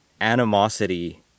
animosity